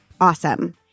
awesome